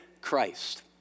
Christ